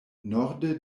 norde